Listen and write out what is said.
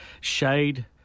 shade